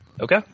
Okay